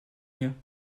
hier